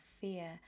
fear